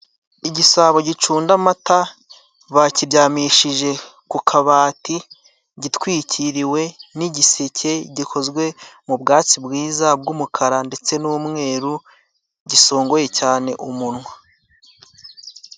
Igisabo gicunda amata bakiryamishije ku kabati gitwikiriwe n'igiseke gikozwe mu bwatsi bwiza bw'umukara ndetse n'umweru, gisongoye cyane umunwa.